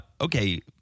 okay